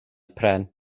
pren